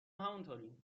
همونطوریم